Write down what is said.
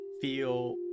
feel